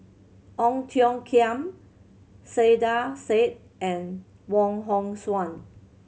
Ong Tiong Khiam Saiedah Said and Wong Hong Suen